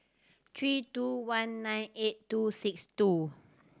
three two one nine eight two six two